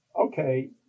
okay